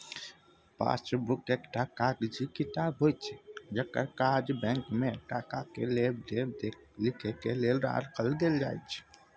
passbook एकटा कागजी किताब होइत छै जकर काज बैंक में टका के लेब देब लिखे के लेल राखल जाइत छै